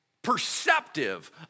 perceptive